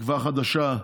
תקווה חדשה,